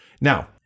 Now